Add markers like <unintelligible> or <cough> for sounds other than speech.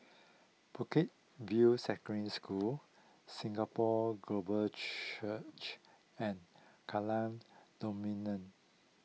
Bukit View Secondary School Singapore Global Church and Kallang <unintelligible>